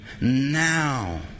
now